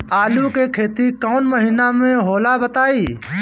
आलू के खेती कौन महीना में होला बताई?